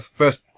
first